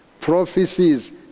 Prophecies